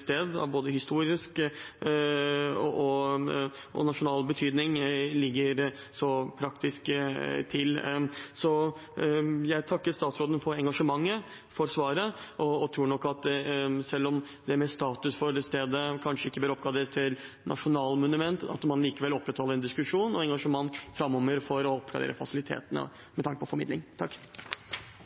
sted, av både historisk og nasjonal betydning, ligger så praktisk til. Så jeg takker statsråden for engasjementet og for svaret, og jeg håper, selv om statusen for sted kanskje ikke bør oppgraderes til nasjonalmonument, at man likevel opprettholder en diskusjon og engasjement framover for å oppgradere fasilitetene med tanke på formidling. På nytt: Tusen takk